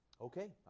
okay